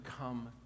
come